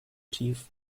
tief